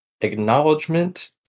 acknowledgement